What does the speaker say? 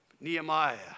Nehemiah